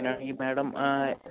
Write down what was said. അങ്ങനെ ആണെങ്കിൽ മാഡം ആ